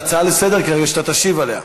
כנראה שאתה תשיב עליה.